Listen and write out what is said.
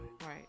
right